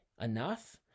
enough